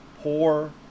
poor